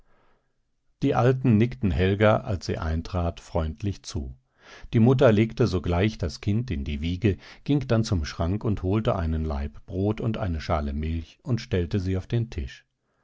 die alten nickten helga als sie eintrat freundlich zu die mutter legte sogleich das kind in die wiege ging dann zum schrank und holte einen laib brot und eine schale milch und stellte sie auf den tisch